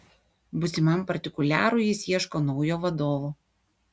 būsimam partikuliarui jis ieško naujo vadovo